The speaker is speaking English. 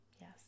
yes